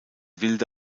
wilde